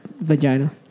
vagina